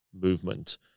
movement